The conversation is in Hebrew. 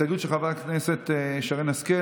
הסתייגות של חברת הכנסת שרן השכל,